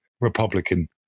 Republican